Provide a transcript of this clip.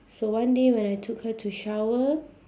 so one day when I took her to shower